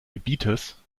gebietes